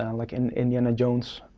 and like in indiana jones.